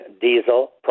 diesel